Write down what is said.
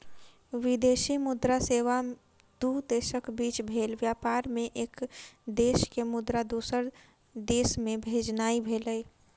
विदेशी मुद्रा सेवा दू देशक बीच भेल व्यापार मे एक देश के मुद्रा दोसर देश मे भेजनाइ भेलै